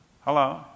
Hello